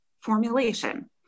formulation